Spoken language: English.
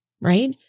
right